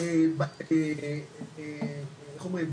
איך אומרים?